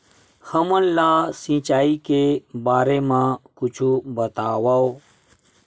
हमन ला सिंचाई के बारे मा कुछु बतावव?